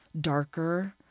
darker